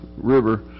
river